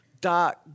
dark